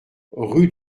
rue